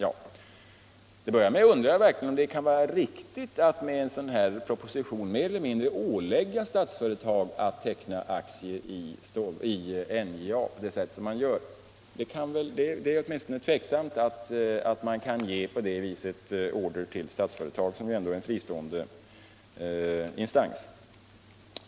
Till att börja med undrar jag om det verkligen kan vara riktigt att med en sådan här proposition mer eller mindre ålägga Statsföretag att teckna aktier i NJA på det sätt man gör. Det är åtminstone tveksamt om man på det viset kan ge order till Statsföretag, som ändå är en fristående instans.